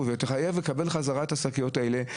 זה הרבה יותר יעיל.